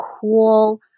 cool